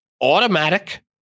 automatic